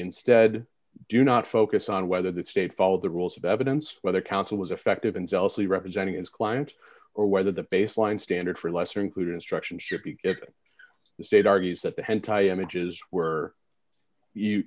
instead do not focus on whether that state followed the rules of evidence whether counsel was effective in zealously representing his client or whether the baseline standard for lesser included instruction should be given the state argues that the hentai images were